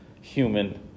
human